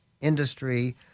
industry